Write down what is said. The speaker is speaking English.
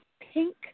pink